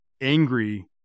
angry